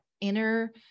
inner